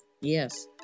Yes